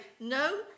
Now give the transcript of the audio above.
No